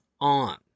on